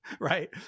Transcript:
Right